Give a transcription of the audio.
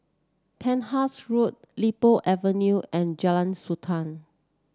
Penhas Road Li Po Avenue and Jalan Srantan